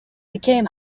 became